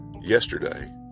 Yesterday